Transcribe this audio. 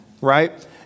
right